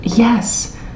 Yes